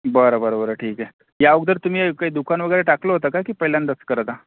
बरं बरं बरं ठीक आहे या अगोदर तुम्ही काही दुकान वगैरे टाकलं होतं का की पहिल्यांदाच करत आहा